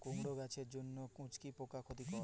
কুমড়ো গাছের জন্য চুঙ্গি পোকা ক্ষতিকর?